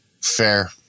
Fair